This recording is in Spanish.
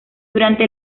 durante